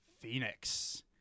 Phoenix